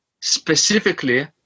specifically